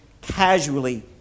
casually